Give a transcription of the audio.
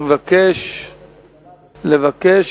אני מבקש לבקש